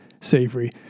savory